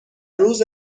روز